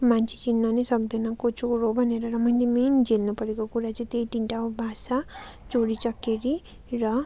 मान्छे चिन्न नि सक्दैन को चोर हो भनेर र मैले मेन झेल्नु परेको कुरा चाहिँ त्यही तिनवटा हो भाषा चोरीचकेरी र